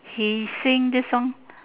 he sing this song